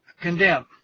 condemn